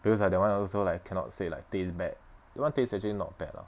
because I that [one] also like cannot say like taste bad that [one] taste actually not bad ah